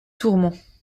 tourments